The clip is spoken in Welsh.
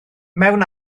mewn